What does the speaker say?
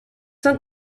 sont